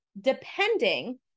depending